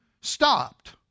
stopped